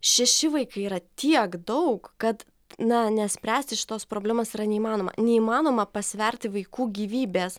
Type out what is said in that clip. šeši vaikai yra tiek daug kad na nespręsti šitos problemos yra neįmanoma neįmanoma pasverti vaikų gyvybės